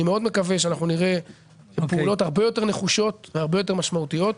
מאוד מקווה שאנחנו נראה פעולות הרבה יותר נחושות והרבה יותר משמעותיות.